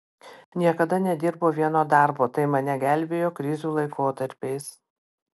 niekada nedirbau vieno darbo tai mane gelbėjo krizių laikotarpiais